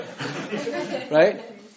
right